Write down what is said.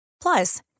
Plus